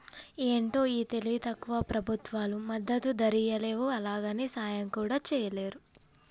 ఏంటో ఈ తెలివి తక్కువ ప్రభుత్వాలు మద్దతు ధరియ్యలేవు, అలాగని సాయం కూడా చెయ్యలేరు